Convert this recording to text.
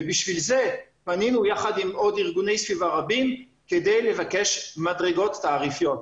ולכן פנינו יחד עם ארגוני סביבה רבים נוספים כדי לבקש תעריף מדורג.